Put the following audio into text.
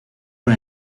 con